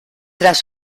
tras